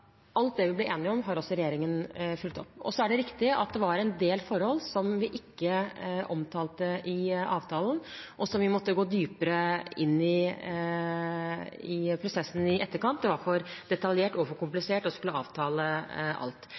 alt det vi ble enige om, har også regjeringen fulgt opp. Så er det riktig at det var en del forhold som vi ikke omtalte i avtalen, der vi måtte gå dypere inn i prosessen i etterkant, for det var for detaljert og for komplisert til at vi kunne avtale alt.